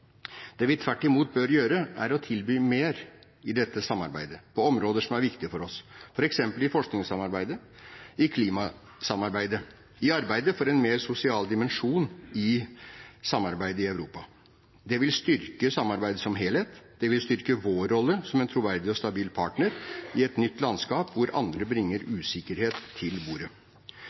Det vi tvert imot bør gjøre, er å tilby mer i dette samarbeidet på områder som er viktig for oss, f.eks. i forskningssamarbeidet, i klimasamarbeidet og i arbeidet for en mer sosial dimensjon i samarbeidet i Europa. Det ville styrke samarbeidet som helhet. Det ville styrke vår rolle som en troverdig og stabil partner i et nytt landskap, hvor andre bringer usikkerhet til bordet.